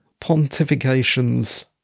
pontifications